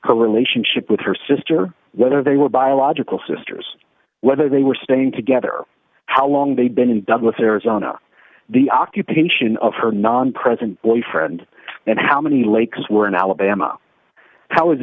her relationship with her sister whether they were biological sisters whether they were staying together how long they'd been in douglas arizona the occupation of her non presence boyfriend and how many lakes were in alabama how